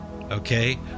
okay